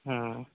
ह्म्म